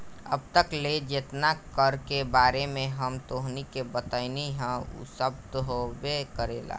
अब तक ले जेतना कर के बारे में हम तोहनी के बतइनी हइ उ सब त होबे करेला